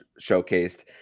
showcased